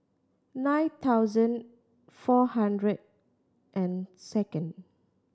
nine thousand four hundred and second